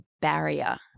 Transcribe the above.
barrier